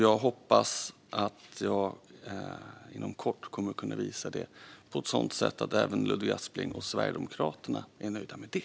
Jag hoppas att jag inom kort kommer att kunna visa detta på ett sådant sätt att även Ludvig Aspling och Sverigedemokraterna är nöjda med det.